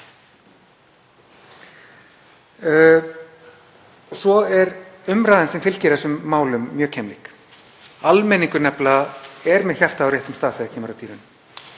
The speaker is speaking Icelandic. Svo er umræðan sem fylgir þessum málum mjög keimlík. Almenningur er nefnilega með hjartað á réttum stað þegar kemur að dýraníði.